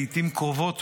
לעיתים קרובות,